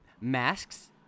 masks